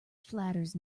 flatters